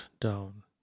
down